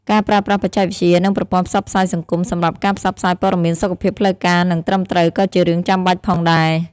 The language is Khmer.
ការប្រើប្រាស់បច្ចេកវិទ្យា និងប្រព័ន្ធផ្សព្វផ្សាយសង្គមសម្រាប់ការផ្សព្វផ្សាយព័ត៌មានសុខភាពផ្លូវការនិងត្រឹមត្រូវក៏ជារឿងចាំបាច់ផងដែរ។